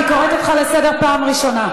אני קוראת אותך לסדר פעם ראשונה.